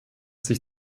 sich